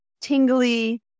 tingly